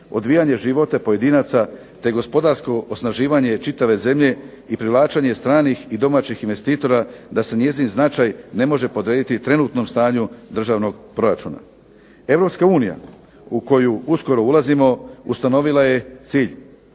odvijanje života pojedinaca, te gospodarsko osnaživanje čitave zemlje i privlačenje stranih i domaćih investitora da se njezin značaj ne može podrediti trenutnom stanju državnog proračuna. Europska Unija u koju uskoro ulazimo ustanovila je cilj.